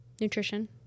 Nutrition